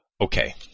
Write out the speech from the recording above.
Okay